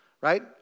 right